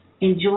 Enjoy